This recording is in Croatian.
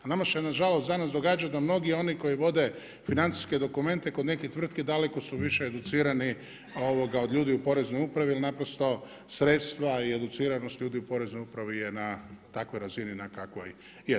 A nama se nažalost danas događa da mnogi oni koji vode financijske dokumente kod neke tvrtke da daleko su više educirani od ljudi u poreznoj upravi jer naprosto sredstva i educiranost ljudi u poreznoj upravi je takvoj razini na kakvoj je.